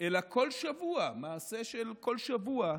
אלא כל שבוע, מעשה של כל שבוע,